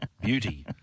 Beauty